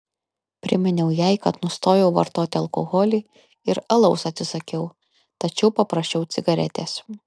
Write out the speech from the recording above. priminiau jai kad nustojau vartoti alkoholį ir alaus atsisakiau tačiau paprašiau cigaretės